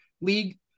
league